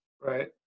Right